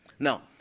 Now